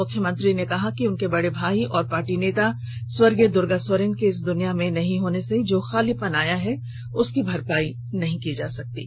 मुख्यमंत्री ने कहा कि बर्ड़ भाई और पार्टी नेता स्वर्गीय दुर्गा सोरेन के इस दुनिया में नहीं होने से जो खालीपन आया है उसकी भरपाई नहीं हो सकती है